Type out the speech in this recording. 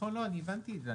אני הבנתי את זה.